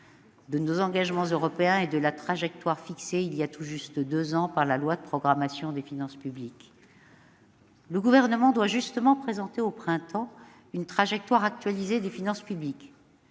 de nos engagements européens et de la trajectoire fixée voilà tout juste deux ans par la loi de programmation des finances publiques pour les années 2018 à 2022. Le Gouvernement doit justement présenter au printemps prochain une trajectoire actualisée des finances publiques.